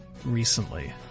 Recently